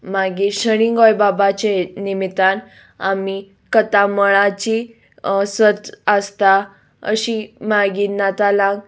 मागीर शणै गोंयबाबाचे निमितान आमी कथामाळेची सर्त आसता अशी मागीर नातालांक